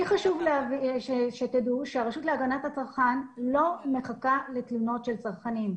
לי חשוב שתדעו שהרשות להגנת הצרכן לא מחכה לתלונות של צרכנים.